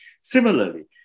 Similarly